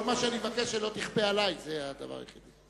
כל מה שאני מבקש, שלא תכפה עלי, זה הדבר היחידי.